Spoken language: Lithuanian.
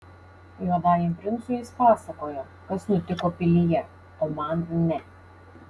juodajam princui jis pasakojo kas nutiko pilyje o man ne